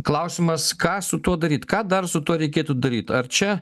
klausimas ką su tuo daryt ką dar su tuo reikėtų daryt ar čia